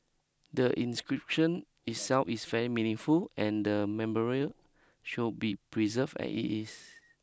the inscription itself is very meaningful and the memorial should be preserved as it is